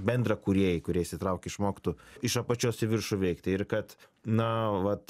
bendrakūrėjai kurie įsitraukia išmoktų iš apačios į viršų veikti ir kad na vat